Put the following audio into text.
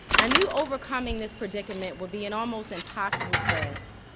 i knew overcoming this predicament would be an almost impossible task